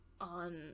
on